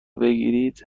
بگیرید